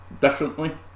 differently